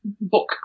book